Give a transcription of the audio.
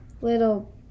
little